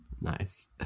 Nice